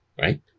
right